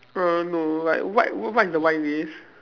err no like what what is the wine list